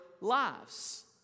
lives